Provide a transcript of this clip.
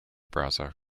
browser